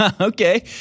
Okay